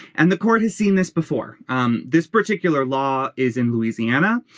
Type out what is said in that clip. and the court has seen this before um this particular law is in louisiana.